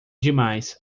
demais